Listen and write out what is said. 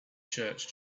church